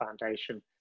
Foundation